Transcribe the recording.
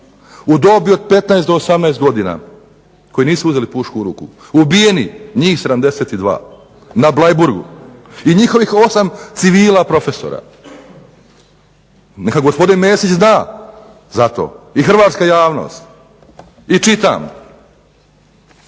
u dobi od 15 do 18 godina koji nisu uzeli pušku u ruku ubijeni, njih 72 na Bleiburgu i njihovih 8 civila profesora. Neka gospodin Mesić zna za to i hrvatska javnost i čitam